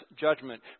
judgment